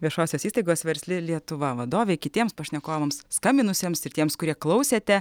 viešosios įstaigos versli lietuva vadovei kitiems pašnekovams skambinusiems ir tiems kurie klausėte